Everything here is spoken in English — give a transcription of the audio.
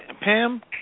Pam